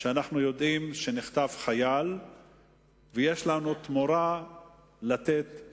שאנחנו יודעים שנחטף חייל ויש לנו תמורה לתת